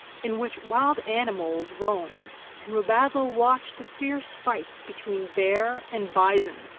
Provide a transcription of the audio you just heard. in which wild animals roamed, and rubezahl watched the fierce fights between bear and bison,